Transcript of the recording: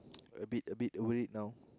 a bit a bit worried now